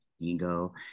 Ego